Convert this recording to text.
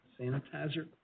sanitizer